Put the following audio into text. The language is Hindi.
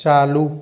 चालू